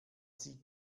sie